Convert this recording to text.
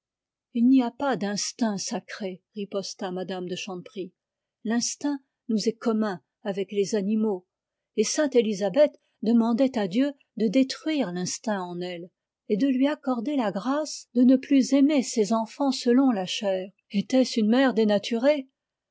il n'y a pas d instincts sacrés riposta mme de chanteprie l'instinct nous est commun avec les animaux et sainte élisabeth demandait à dieu de le détruire en elle et de lui accorder la grâce de ne plus aimer ses enfants selon la chair était-ce une mère dénaturée